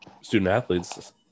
student-athletes